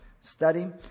study